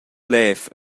lev